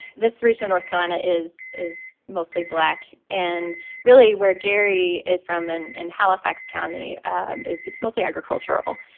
this region, north carlina, is is mostly black. and really where gary is from and in halifax county is it's mostly agricultural.